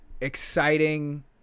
exciting